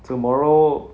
tomorrow